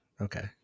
okay